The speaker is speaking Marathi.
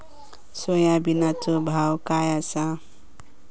सोयाबीनचो भाव काय आसा?